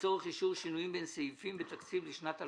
לצורך אישור שינויים בין סעיפים בתקציב לשנת 2019,